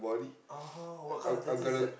uh-huh what kind of tattoos is that